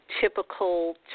typical